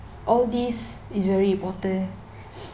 all these is very important